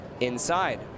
inside